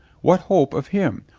what hope of him?